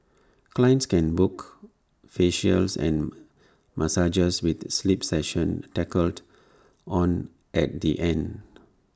clients can book facials and massages with sleep sessions tacked on at the end